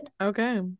Okay